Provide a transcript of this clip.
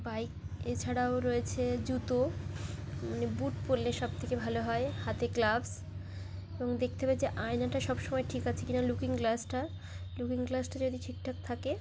bike এছাড়াও রয়েছে জুতো মানে বুট পরলে সবথেকে ভালো হয় হাতে গ্লাভস এবং দেখতে হবে যে আয়নাটা সবসময় ঠিক আছে কি না লুকিং গ্লাসটা লুকিং গ্লাসটা যদি ঠিকঠাক থাকে